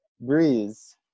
Breeze